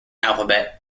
alphabet